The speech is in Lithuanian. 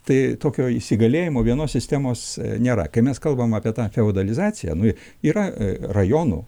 tai tokio įsigalėjimo vienos sistemos nėra kai mes kalbame apie tą feodalizaciją yra rajonų